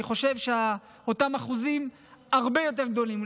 אני חושב שהאחוזים הם הרבה יותר גדולים.